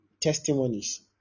testimonies